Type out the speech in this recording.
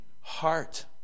heart